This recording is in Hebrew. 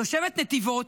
תושבת נתיבות,